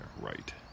Right